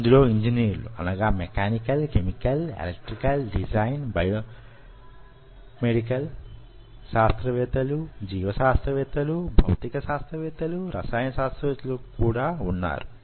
ఇందులో ఇంజినీర్లు mechanical chemical electrical design ఇంజినీర్లు బయోమెడికల్ శాస్త్రవేత్తలు జీవ శాస్త్రవేత్తలు భౌతిక శాస్త్రవేత్తలు రసాయన శాస్త్రవేత్తలు వున్నారు